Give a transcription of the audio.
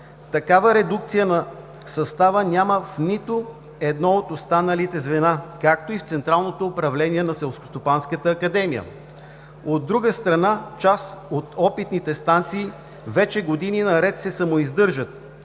Такава редукция на състава няма в нито едно от останалите звена, както и в централното управление на Селскостопанската академия. От друга страна, част от опитните станции вече години наред се самоиздържат,